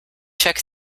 check